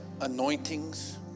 anointings